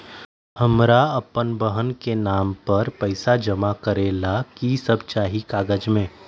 हमरा अपन बहन के नाम पर पैसा जमा करे ला कि सब चाहि कागज मे?